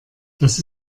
das